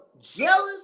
jealous